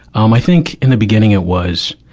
um i think, in the beginning, it was,